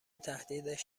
تهدیدش